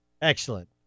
Excellent